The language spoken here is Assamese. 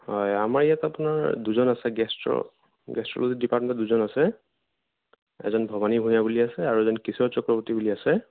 হয় আমাৰ ইয়াত আপোনাৰ দুজন আছে গেষ্ট্ৰ'ৰ গেষ্ট্ৰ'লজী ডিপাৰ্টমেণ্টৰ দুজন আছে এজন ভৱানী ভূঞা বুলি আছে আৰু এজন কিশোৰ চক্ৰৱৰ্তী বুলি আছে